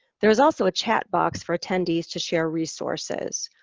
there is also a chat box for attendees to share resources.